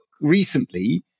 recently